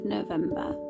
November